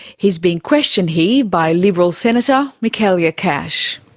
he's being questioned here by liberal senator michaelia cash